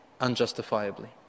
unjustifiably